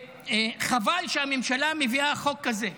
וחבל שהממשלה מביאה חוק כזה,